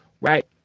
right